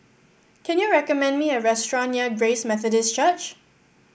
can you recommend me a restaurant near Grace Methodist Church